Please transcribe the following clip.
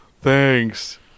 Thanks